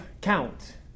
count